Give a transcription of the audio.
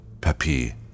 Pepi